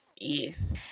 yes